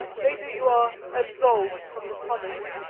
later, you are absolved from the promise.